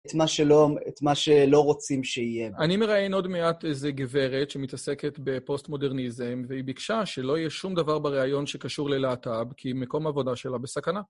את שלא את מה שלא רוצים שיהיה. אני מראיין עוד מעט איזו גברת שמתעסקת בפוסט-מודרניזם, והיא ביקשה שלא יהיה שום דבר בריאיון שקשור להט"ב, כי מקום עבודה שלה בסכנה.